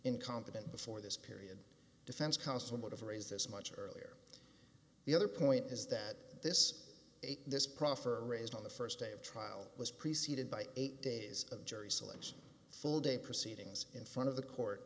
incompetent before this period defense counsel would have raised this much earlier the other point is that this is a this proffer raised on the st day of trial was preceded by eight days of jury selection full day proceedings in front of the court